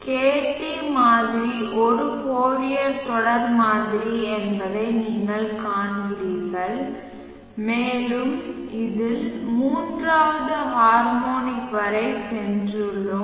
Kt மாதிரி ஒரு Fourier தொடர் மாதிரி என்பதை நீங்கள் காண்கிறீர்கள் மேலும் in இல் மூன்றாவது ஹார்மோனிக் வரை சென்றுள்ளோம்